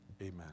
Amen